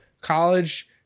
college